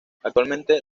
actualmente